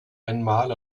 einmal